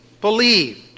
believed